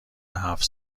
هفت